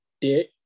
dick